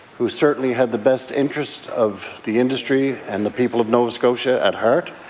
who certainly had the best interests of the industry and the people of nova scotia at heart.